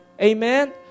Amen